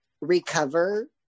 recover